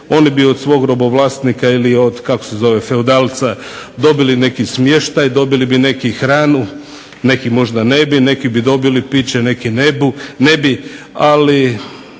oni bi od svog robovlasnika ili od kako se zove feudalca dobili neki smještaj, dobili bi hranu, neki možda ne bi, neki bi dobili piće, neki ne bi ali